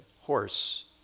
horse